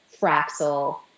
Fraxel